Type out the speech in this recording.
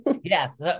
Yes